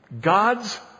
God's